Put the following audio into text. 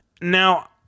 Now